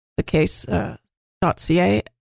thecase.ca